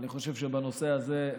ואני חושב שבנושא הזה,